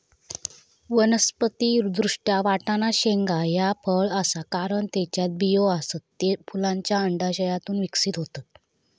वनस्पति दृष्ट्या, वाटाणा शेंगा ह्या फळ आसा, कारण त्येच्यात बियो आसत, ते फुलांच्या अंडाशयातून विकसित होतत